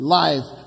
life